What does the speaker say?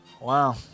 Wow